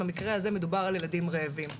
ובמקרה הזה מדובר על ילדים רעבים.